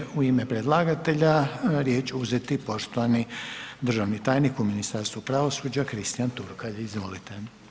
I sad će u ime predlagatelja riječ uzeti poštovani državni tajnik u Ministarstvu pravosuđa Kristian Turkalj, izvolite.